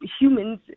humans